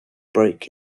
broke